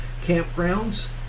campgrounds